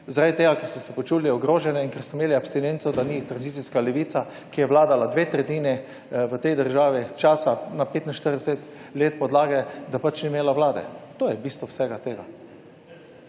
zaradi tega, ker so se počutili ogrožene in ker so imeli abstinenco, da ni tranzicijska levica, ki je vladala dve tretjini v tej državi časa na 45 let podlage, da pač ni imela vlade. To je bistvo vsega tega.